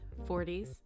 40s